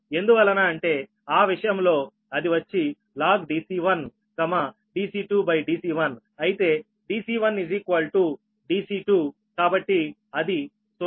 ఎందువలన అంటే ఆ విషయంలో అది వచ్చి log Dc1 Dc2 Dc1 అయితే Dc1Dc2 కాబట్టి అది 0